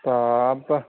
बाब बा